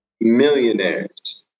millionaires